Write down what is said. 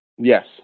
yes